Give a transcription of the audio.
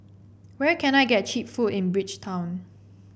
where can I get cheap food in Bridgetown